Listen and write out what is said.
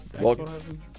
Welcome